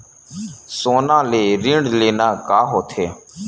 सोना ले ऋण लेना का होथे?